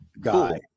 guy